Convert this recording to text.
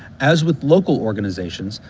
as with local organizations,